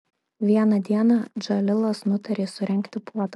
vieną dieną džalilas nutarė surengti puotą